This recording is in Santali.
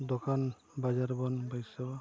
ᱫᱚᱠᱟᱱ ᱵᱟᱡᱟᱨ ᱵᱚᱱ ᱵᱟᱹᱭᱥᱟᱹᱣᱟ